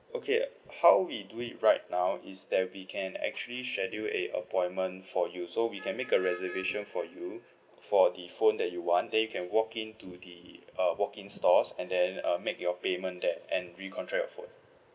okay how we do it right now is that we can actually schedule a appointment for you so we can make a reservation for you for the phone that you want then you can walk in to the uh walk in stores and then uh make your payment there and recontract your phone